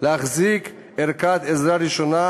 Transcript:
להחזיק ערכת עזרה ראשונה,